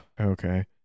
Okay